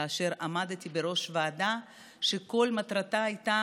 כאשר עמדתי בראש ועדה שכל מטרתה הייתה